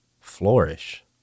flourish